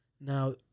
Now